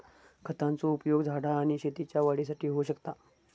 खतांचो उपयोग झाडा आणि शेतीच्या वाढीसाठी होऊ शकता